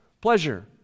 pleasure